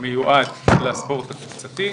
מיועד לספורט הקבוצתי,